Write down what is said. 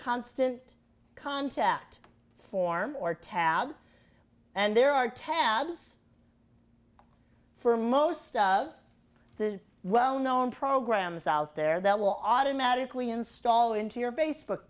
constant contact form or tab and there are tabs for most of the well known programs out there that will automatically install into your facebook